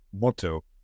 motto